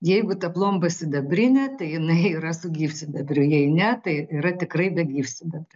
jeigu ta plomba sidabrinė tai jinai yra su gyvsidabriu jei ne tai yra tikrai be gyvsidabrio